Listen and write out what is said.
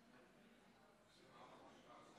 ההצבעה: בעד, 19,